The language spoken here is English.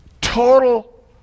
total